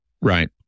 right